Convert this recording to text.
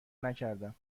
نکردم